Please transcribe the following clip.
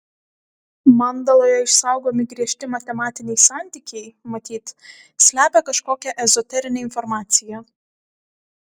mandaloje išsaugomi griežti matematiniai santykiai matyt slepia kažkokią ezoterinę informaciją